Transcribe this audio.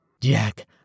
Jack